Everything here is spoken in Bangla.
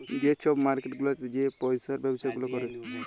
যে ছব মার্কেট গুলাতে যে পইসার ব্যবছা গুলা ক্যরে